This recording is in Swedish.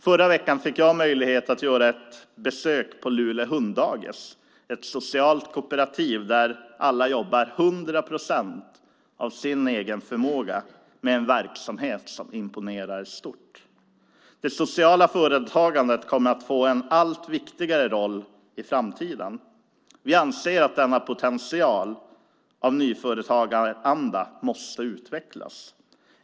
Förra veckan fick jag möjlighet att göra ett besök på Luleå Hunddagis. Det är ett socialt kooperativ där alla jobbar hundra procent av sin egen förmåga med en verksamhet som imponerar stort. Det sociala företagandet kommer att få en allt viktigare roll i framtiden. Vi anser att denna potential av nyföretagaranda måste utvecklas.